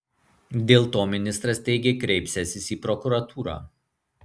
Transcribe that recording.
dėl to ministras teigė kreipsiąsis į prokuratūrą